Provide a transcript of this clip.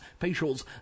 facials